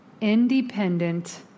independent